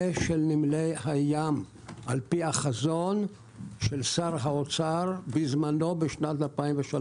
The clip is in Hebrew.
של נמלי הים לפי החזון של שר האוצר בזמנו ב-2003.